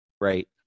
right